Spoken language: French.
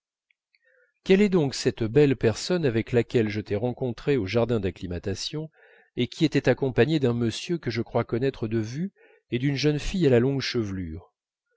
quelle est donc cette belle personne avec laquelle je t'ai rencontré au jardin d'acclimatation et qui était accompagnée d'un monsieur que je crois connaître de vue et d'une jeune fille à la longue chevelure